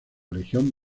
legión